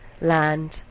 land